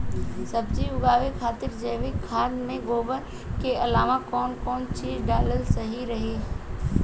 सब्जी उगावे खातिर जैविक खाद मे गोबर के अलाव कौन कौन चीज़ डालल सही रही?